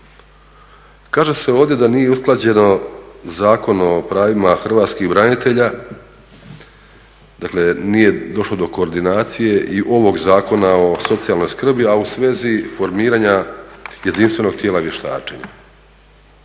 Kaže se ovdje da nije usklađeno Zakon o pravima hrvatskih branitelja, dakle nije došlo do koordinacije i ovog Zakona o socijalnoj skrbi, a u svezi formiranja jedinstvenog tijela vještačenja.